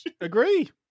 Agree